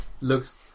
looks